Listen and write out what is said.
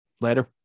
Later